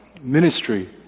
ministry